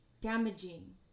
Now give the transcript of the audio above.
damaging